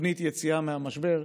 ותוכנית יציאה מהמשבר,